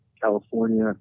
California